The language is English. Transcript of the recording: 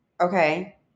okay